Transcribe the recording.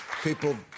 People